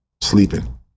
Sleeping